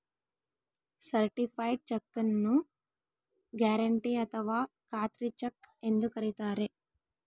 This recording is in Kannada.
ಸರ್ಟಿಫೈಡ್ ಚೆಕ್ಕು ನ್ನು ಗ್ಯಾರೆಂಟಿ ಅಥಾವ ಖಾತ್ರಿ ಚೆಕ್ ಎಂದು ಕರಿತಾರೆ